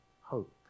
hope